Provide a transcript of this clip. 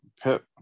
pit